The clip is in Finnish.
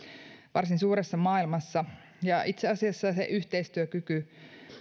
varsin suuressa maailmassa ja itse asiassa yhteistyökyky